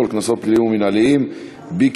על קנסות פליליים ומינהליים (הוראת